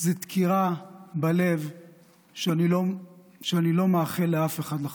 זו דקירה בלב שאני לא מאחל לאף אחד לחוות.